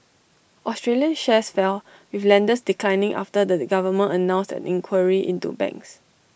Australian shares fell with lenders declining after the government announced an inquiry into banks